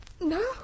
No